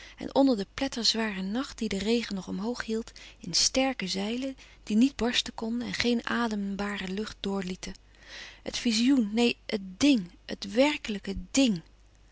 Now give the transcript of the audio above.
slapen onder den pletterzwaren nacht die den regen nog omhoog hield in sterke zeilen die niet barsten konden en geen adembare lucht doorlieten het vizioen neen het ding het werkelijke dng